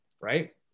right